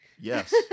yes